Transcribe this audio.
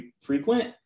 frequent